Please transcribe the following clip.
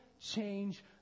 change